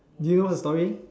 do you know what's the story